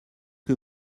que